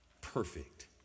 perfect